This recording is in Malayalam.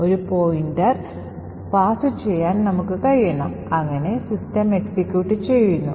ഇടതുവശത്ത് ആയി കാനറികൾ പ്രവർത്തനക്ഷമമാക്കിയ അനുബന്ധ അസംബ്ലി കോഡ് കാണിക്കുന്നു